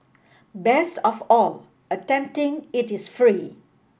best of all attempting it is free